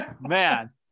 Man